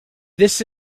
this